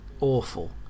awful